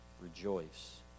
rejoice